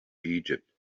egypt